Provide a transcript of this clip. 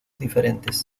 diferentes